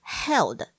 held